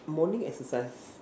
morning exercise